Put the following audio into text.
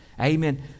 Amen